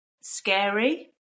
scary